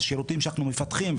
את השירותים שאנחנו מפתחים.